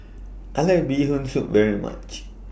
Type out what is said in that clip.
I like Bee Hoon Soup very much